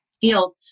field